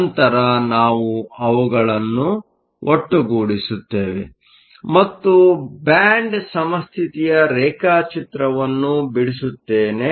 ನಂತರ ನಾವು ಅವುಗಳನ್ನು ಒಟ್ಟುಗೂಡಿಸುತ್ತೇವೆ ಮತ್ತು ಬ್ಯಾಂಡ್ ಸಮಸ್ಥಿತಿಯ ರೇಖಾಚಿತ್ರವನ್ನು ಬಿಡಿಸುತ್ತೇನೆ